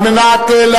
זה ירחיק את חזרתכם.